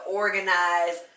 organize